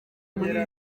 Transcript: muri